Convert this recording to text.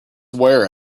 wear